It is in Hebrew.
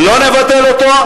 לא נבטל אותו,